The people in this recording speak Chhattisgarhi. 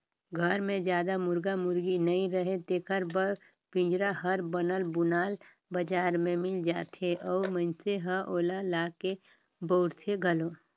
घर मे जादा मुरगा मुरगी नइ रहें तेखर बर पिंजरा हर बनल बुनाल बजार में मिल जाथे अउ मइनसे ह ओला लाके बउरथे घलो